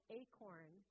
acorn